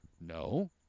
No